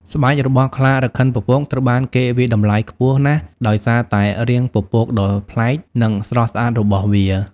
ស្បែក របស់ខ្លារខិនពពកត្រូវបានគេវាយតម្លៃខ្ពស់ណាស់ដោយសារតែ រាងពពកដ៏ប្លែក និងស្រស់ស្អាត របស់វា។